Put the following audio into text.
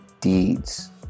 deeds